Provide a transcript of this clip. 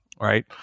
Right